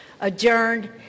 adjourned